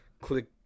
click